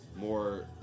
more